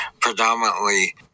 predominantly